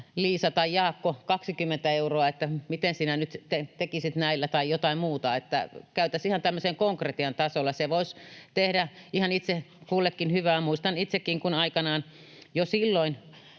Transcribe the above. Liisa tai Jaakko, 20 euroa, että mitä sinä nyt tekisit näillä”. Tai jotain muuta, mutta että käytäisiin ihan tällaisen konkretian tasolla. Se voisi tehdä ihan itse kullekin hyvää. Muistan itsekin, kun aikanaan — jo silloin,